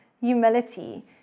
humility